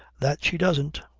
that she doesn't.